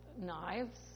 knives